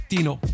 Tino